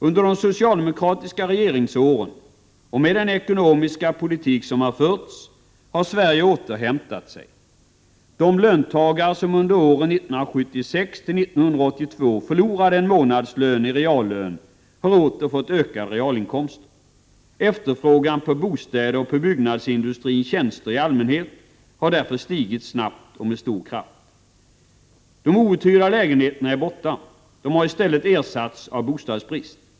Under de socialdemokratiska regeringsåren, och med den ekonomiska politik som har förts, har Sverige återhämtat sig. De löntagare som under åren 1976-1982 förlorade en månadslön i reallön har åter fått ökade realinkomster. Efterfrågan på bostäder och på byggnadsindustrins tjänster i allmänhet har därför stigit snabbt och med stor kraft. De outhyrda lägenheterna är borta. De hari stället ersatts av bostadsbrist.